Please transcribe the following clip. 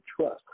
trust